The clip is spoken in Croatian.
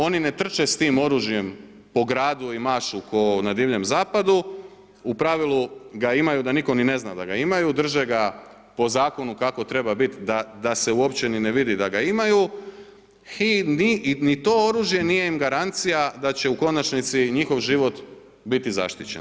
Oni ne trče s tim oružje po gradu i mašu kao na Divljem zapadu, u pravilu ga imaju da nitko ni ne zna da ga imaju, drže ga po zakonu kako treba bit da se uopće ni ne vidi da ga imaju i ni to oružje nije im garancija da će u konačnici biti zaštićen.